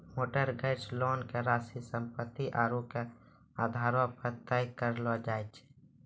mortgage loan के राशि सम्पत्ति आरू आय के आधारो पे तय करलो जाय छै